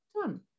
Done